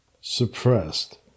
Suppressed